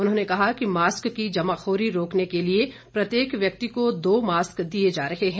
उन्होंने कहा कि मास्क की जमाखोरी रोकने के लिए प्रत्येक व्यक्ति को दो मास्क दिए जा रहे हैं